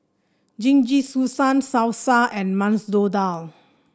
Jingisukan Salsa and Masoor Dal